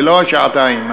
ולא שעתיים,